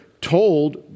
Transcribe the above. told